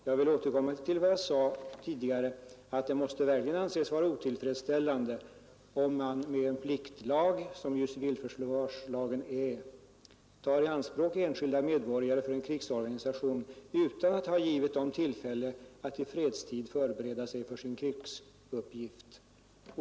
Jag upprepar vad jag sade tidigare, nämligen att det verkligen måste anses vara otillfredsställande om man med en pliktlag — som ju civilförsvarslagen är — tar i anspråk enskilda medborgare för en krigsorganisation utan att ha gett dem tillfälle att i fredstid förbereda sig för sin krigsuppgift.